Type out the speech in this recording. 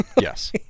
Yes